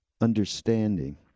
understanding